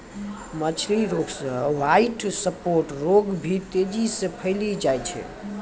मछली रोग मे ह्वाइट स्फोट रोग भी तेजी से फैली जाय छै